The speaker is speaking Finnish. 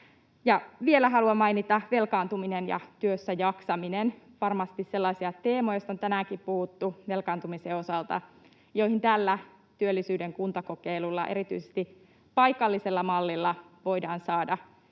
Vielä haluan mainita velkaantumisen ja työssä jaksamisen — sellaisia teemoja, joista on tänäänkin puhuttu velkaantumisen osalta, joihin varmasti tällä työllisyyden kuntakokeilulla ja erityisesti paikallisella mallilla voidaan saada